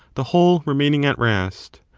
the whole remaining at rest.